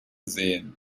seen